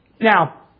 Now